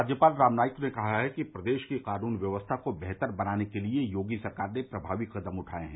राज्यपाल राम नाईक ने कहा है कि प्रदेश की कानून व्यवस्था को बेहतर बनाने के लिए योगी सरकार ने प्रमावी कदम उठाये हैं